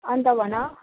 अन्त भन